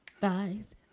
thighs